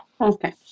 Okay